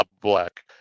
black